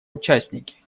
участники